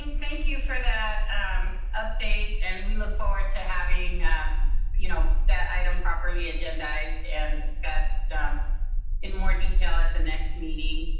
thank you for that um update, and we look forward to having you know that item properly agendized and discussed um in more detail at the next meeting.